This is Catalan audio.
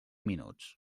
minuts